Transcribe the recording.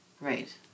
Right